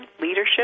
leadership